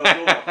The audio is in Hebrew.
סעיפים.